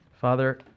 Father